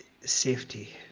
safety